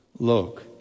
Look